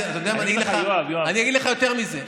אני אגיד לך יותר מזה,